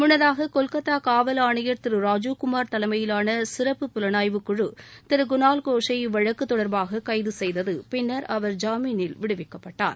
முன்னதாக கொல்கத்தா காவல் ஆணையர் திரு ராஜிவ்குமார் தலைமையிலாள சிறப்பு புலனாய்வு குழு திரு குணால் கோஷை இவ்வழக்கு தொடர்பாக கைது செய்தது பின்னர் அவர் ஜாமினில் விடுவிக்கப்பட்டார்